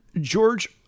George